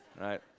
right